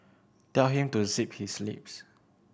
tell him to zip his lips